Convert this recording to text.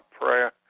prayer